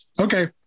Okay